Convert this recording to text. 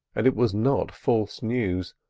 and it was not false news,